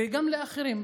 וגם לאחרים,